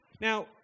Now